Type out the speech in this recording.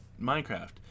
Minecraft